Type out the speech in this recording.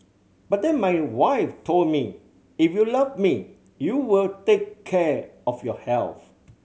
but then my wife told me if you love me you will take care of your health